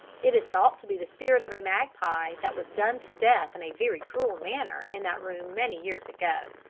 it is thought to be the spirit of a magpie that was done to death in a very cruel manner in that room many years ago.